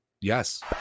Yes